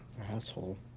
Asshole